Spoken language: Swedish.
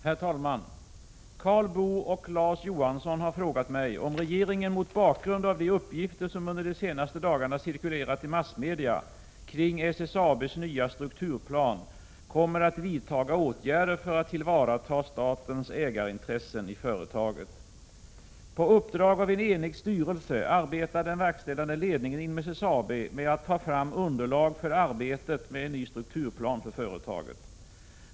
Herr talman! Karl Boo och Larz Johansson har frågat mig om regeringen, mot bakgrund av de uppgifter som under de senaste dagarna cirkulerat i massmedia kring SSAB:s nya strukturplan, kommer att vidta åtgärder för att tillvarata statens ägarintressen i företaget. På uppdrag av en enig styrelse arbetar den verkställande ledningen inom SSAB med att ta fram underlag för arbetet med en ny strukturplan för företaget.